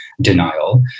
denial